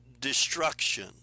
destruction